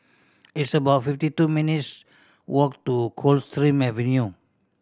it's about fifty two minutes' walk to Coldstream Avenue